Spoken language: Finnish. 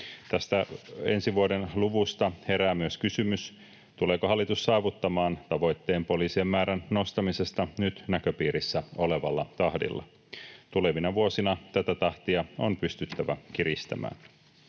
Tästä ensi vuoden luvusta herää myös kysymys, tuleeko hallitus saavuttamaan tavoitteen poliisien määrän nostamisesta nyt näköpiirissä olevalla tahdilla. Tulevina vuosina tätä tahtia on pystyttävä kiristämään.